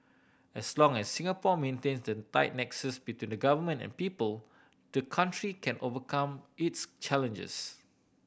as long as Singapore maintains the tight nexus between the Government and people the country can overcome its challenges